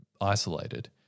isolated